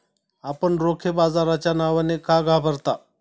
आपण रोखे बाजाराच्या नावाने का घाबरता?